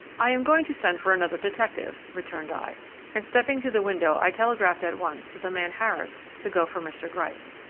i am going to send for another detective, returned i and stepping to the window i telegraphed at once to the man harris to go for mr. gryce.